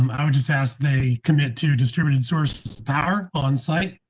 um i would just ask they commit to distributed source power on site.